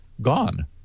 gone